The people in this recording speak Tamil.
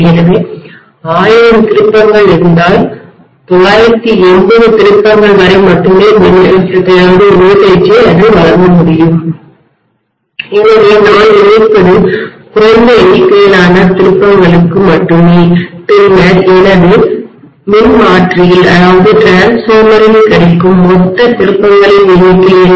எனவே 1000 திருப்பங்கள் இருந்தால் 980 திருப்பங்கள் வரை மட்டுமே மின்னழுத்தத்தைவோல்டேஜை வழங்க முடியும் எனவே நான் இணைப்பது குறைந்த எண்ணிக்கையிலான திருப்பங்களுக்கு மட்டுமே பின்னர் எனது மின்மாற்றியில்டிரான்ஸ்பார்மரில் கிடைக்கும் மொத்த திருப்பங்களின் எண்ணிக்கை என்ன